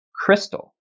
crystal